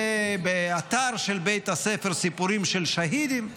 ובאתר של בית הספר סיפורים של שהידים.